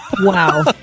wow